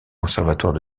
conservatoire